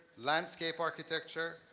landscape architecture,